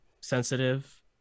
sensitive